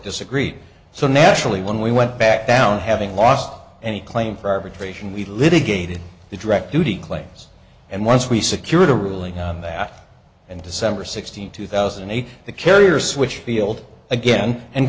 disagreed so naturally when we went back down having lost any claim for arbitration we litigated the directivity claims and once we secured a ruling on that and december sixteenth two thousand and eight the carrier switched field again and